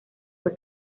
fue